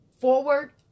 forward